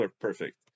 Perfect